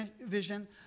vision